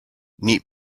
neat